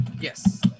Yes